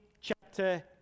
chapter